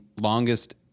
longest